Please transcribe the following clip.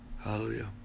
Hallelujah